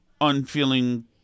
unfeeling